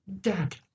Dad